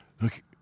Look